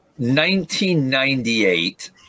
1998